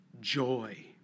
joy